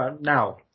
Now